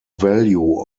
value